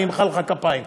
אני אמחא לך כפיים.